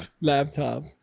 laptop